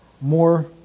more